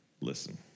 listen